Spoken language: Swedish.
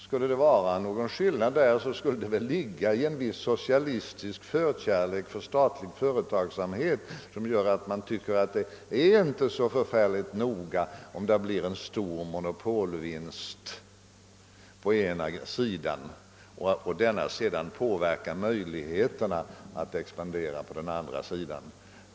Skulle det vara någon skillnad där, torde den ligga 1 en viss socialistisk förkärlek för statlig företagsamhet som gör att man tycker att det inte är så förfärligt noga om det blir en stor monopolvinst på ena sidan och denna sedan artificiellt ökar företagets möjligheter att expandera på den andra sidan.